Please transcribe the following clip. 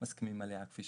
מסכימים עליה כפי שהוצגה.